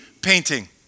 painting